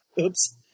Oops